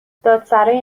دادسرای